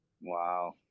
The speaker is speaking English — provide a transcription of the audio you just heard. Wow